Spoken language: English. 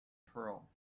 pearl